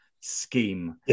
scheme